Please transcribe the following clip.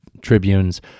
tribunes